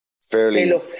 fairly